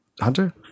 Hunter